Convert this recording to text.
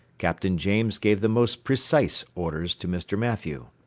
captain james gave the most precise orders to mr. mathew.